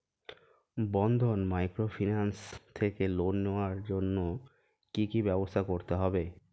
বন্ধন microfinance থেকে loan নেওয়ার জন্য কি কি ব্যবস্থা করতে হবে?